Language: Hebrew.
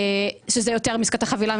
שזה יותר מעסקת החבילה,